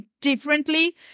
differently